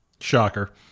Shocker